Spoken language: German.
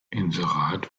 inserat